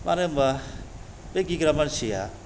मानो होमबा बे गिग्रा मानसिया